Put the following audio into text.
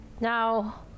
Now